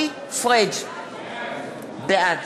בעד